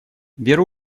веру